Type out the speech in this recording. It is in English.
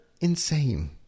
insane